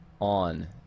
on